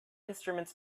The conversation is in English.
instruments